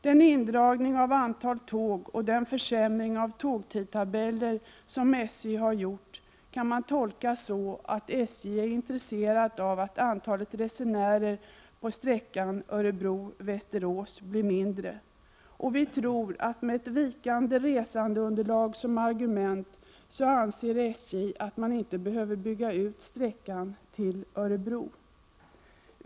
Den indragning av antal tåg och den försämring av tågtidtabeller som SJ har gjort kan man tolka så, att SJ är intresserat av att antalet resenärer på sträckan Örebro— Västerås blir mindre. Vi tror att SJ, med vikande resandeunderlag som argument, vill slippa bygga ut sträckan Västerås—Örebro.